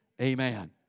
amen